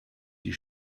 die